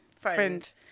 friend